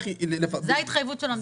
זו ההתחייבות של המדינה.